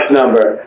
number